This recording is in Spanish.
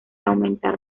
aumentar